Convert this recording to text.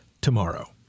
tomorrow